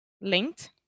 Linked